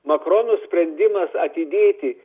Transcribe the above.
makrono sprendimas atidėti